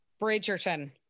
Bridgerton